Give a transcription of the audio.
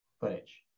footage